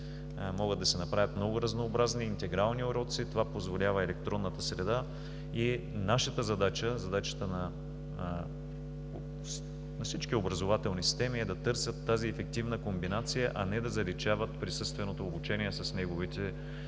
Могат да се направят много разнообразни интегрални уроци. Това позволява електронната среда и нашата задача, задачата на всички образователни системи е да търсят тази ефективна комбинация, а не да заличават присъственото обучение с неговите